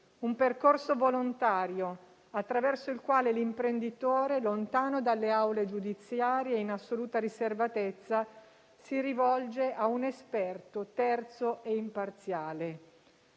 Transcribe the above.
un percorso volontario attraverso il quale l'imprenditore, lontano dalle aule giudiziarie e in assoluta riservatezza, si rivolge a un esperto terzo e imparziale.